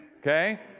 Okay